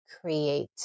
create